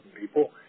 people